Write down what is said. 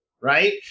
right